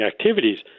activities